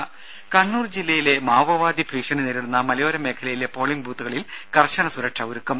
രും കണ്ണൂർ ജില്ലയിലെ മാവോവാദി ഭീഷണി നേരിടുന്ന മലയോര മേഖലയിലെ പോളിങ് ബൂത്തുകളിൽ കർശന സുരക്ഷ ഒരുക്കും